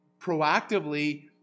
proactively